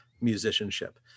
musicianship